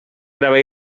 gravar